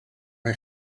mae